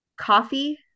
Coffee